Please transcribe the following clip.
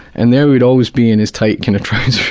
and there he'd always be in his tight kind of trousers,